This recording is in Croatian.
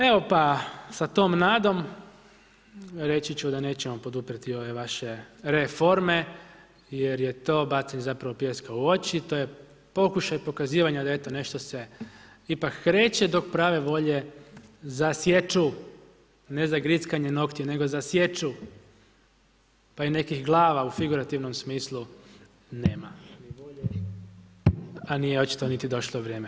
Evo pa sa tom nadom reći ću da nećemo poduprijeti ove vaše RE-forme jer je to bacanje zapravo pijeska u oči, to je pokušaj pokazivanja da eto nešto se ipak kreće dok prave volje za sječu, ne za grickanje noktiju nego za sječu, pa i nekih glava u figurativnom smislu nema a nije očito niti došlo vrijeme.